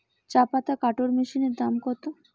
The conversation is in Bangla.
চাপাতা কাটর মেশিনের দাম কত?